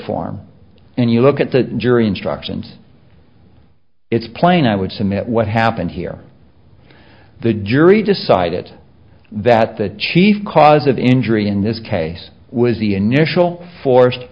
form and you look at the jury instructions it's plain i would submit what happened here the jury decided that the chief cause of injury in this case was the initial forced